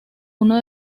uno